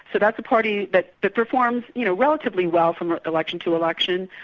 so that's a party but that performs you know relatively well from election to election.